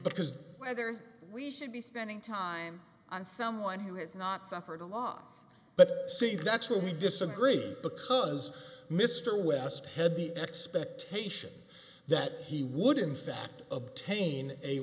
because whether we should be spending time on someone who has not suffered a loss but see that's where we disagree because mr west had the expectation that he would in fact obtain a